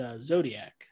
zodiac